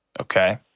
Okay